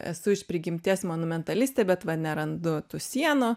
esu iš prigimties monumentalistė bet va nerandu tų sienų